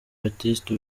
baptiste